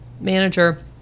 Manager